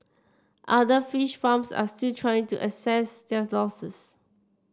other fish farms are still trying to assess their losses